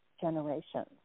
generations